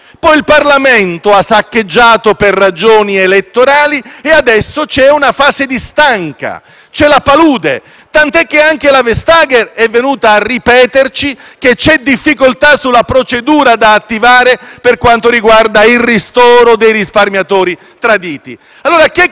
poi il Parlamento l'ha saccheggiato, per ragioni elettorali, e adesso c'è una fase di stanca, c'è la palude, tant'è che anche la commissaria Vestager è venuta a ripeterci che vi sono difficoltà sulla procedura da attivare per quanto riguarda il ristoro dei risparmiatori traditi.